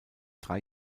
drei